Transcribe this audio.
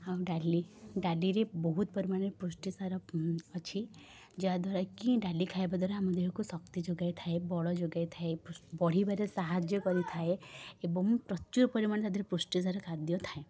ଆଉ ଡାଲି ଡାଲିରେ ବହୁତ ପରିମାଣରେ ପୃଷ୍ଟିସାର ଉଁ ଅଛି ଯାହାଦ୍ୱାରାକି ଡାଲି ଖାଇବାଦ୍ୱାରା ଆମ ଦେହକୁ ଶକ୍ତି ଯୋଗାଇଥାଏ ବଳ ଯୋଗାଇଥାଏ ବଢ଼ିବାରେ ସାହାଯ୍ୟ କରିଥାଏ ଏବଂ ପ୍ରଚୁର ପରିମାଣରେ ତା' ଦେହରେ ପୃଷ୍ଟିସାର ଖାଦ୍ୟଥାଏ